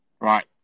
Right